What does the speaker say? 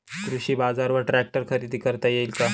कृषी बाजारवर ट्रॅक्टर खरेदी करता येईल का?